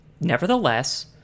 nevertheless